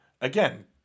again